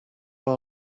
our